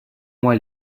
moi